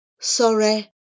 Sorry